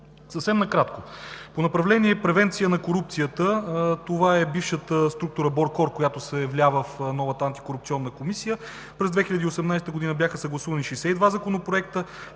Съвсем накратко. По направление „Превенция на корупцията“ – това е бившата структура БОРКОР, която се вля в новата антикорупционна комисия. През 2018 г. бяха съгласувани 62 законопроекта,